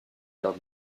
lors